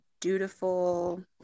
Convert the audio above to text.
dutiful